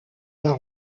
d’un